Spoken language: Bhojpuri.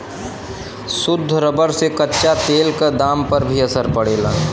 शुद्ध रबर से कच्चा तेल क दाम पर भी असर पड़ला